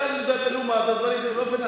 אלה רוצחים שפלים.